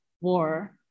war